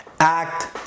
Act